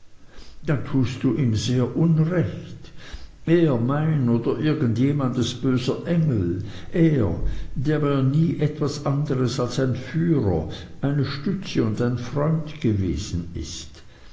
dann tust du ihm sehr unrecht er mein oder irgend jemandes böser engel er der mir nie etwas anderes als ein führer eine stütze und ein freund gewesen ist